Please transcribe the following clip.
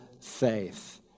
faith